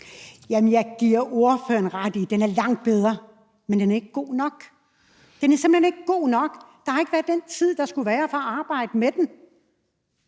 Jamen jeg giver ordføreren ret i, at det her er langt bedre, men det er ikke godt nok. Det er simpelt hen ikke godt nok, for der har ikke været den tid, der skulle være, til at arbejde med det.